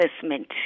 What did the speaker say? assessment